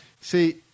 See